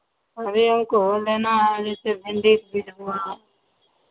अरे हमको लेना है जैसे भिंडी के बीज हुआ